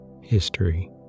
history